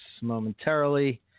momentarily